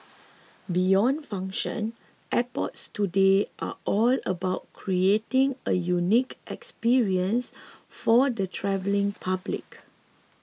beyond function airports today are all about creating a unique experience for the travelling public